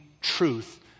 truth